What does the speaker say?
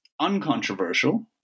uncontroversial